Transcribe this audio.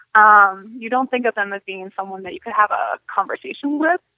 um you don't think of them as being someone that you could have a conversation with.